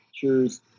pictures